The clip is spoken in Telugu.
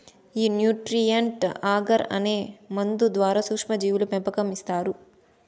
ఈ న్యూట్రీయంట్ అగర్ అనే మందు ద్వారా సూక్ష్మ జీవుల పెంపకం చేస్తారు